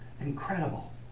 incredible